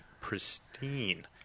pristine